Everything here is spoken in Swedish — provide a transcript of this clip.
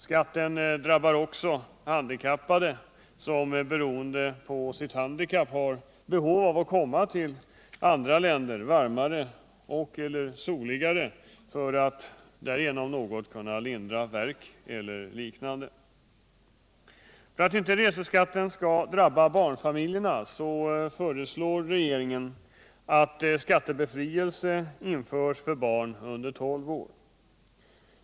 Skatten drabbar också handikappade, som på grund av sitt handikapp har behov av att komma till andra, varmare och soligare länder för att därigenom i någon mån få en lindring. För att inte reseskatten skall drabba barnfamiljerna föreslår regeringen att skattebefrielse införs för barn under 12 år.